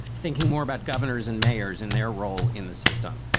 thinking more about governors and mayors and their role in the system,